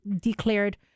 declared